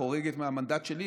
היא חורגת מהמנדט שלי,